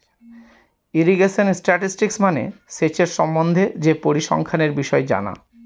irrigation statistics মানে সেচের সম্বন্ধে যে পরিসংখ্যানের বিষয় জানা